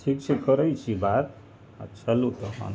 ठीक छै करय छी बात आओर चलू तहन